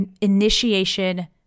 initiation